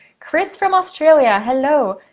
christ from australia, hello.